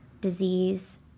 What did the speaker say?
disease